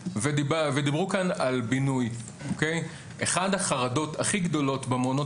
דיברו כאן על בינוי אחת החרדות הכי גדולות במעונות